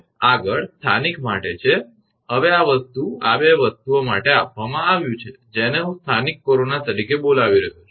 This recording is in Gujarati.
આગળ સ્થાનિક માટે છે હવે આ વસ્તુ 2 વસ્તુઓ માટે આપવામાં આવ્યું છે જેને હું સ્થાનિક કોરોના તરીકે બોલાવી રહ્યો છું